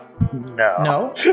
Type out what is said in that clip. no